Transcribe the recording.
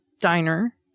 diner